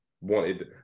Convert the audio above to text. wanted